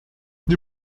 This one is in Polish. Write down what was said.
nie